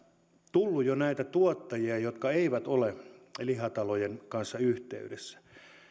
tullut jo tuottajia jotka eivät ole lihatalojen kanssa yhteydessä